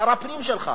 שר הפנים שלך,